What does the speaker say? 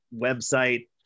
website